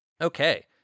Okay